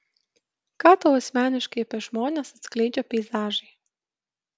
ką tau asmeniškai apie žmones atskleidžia peizažai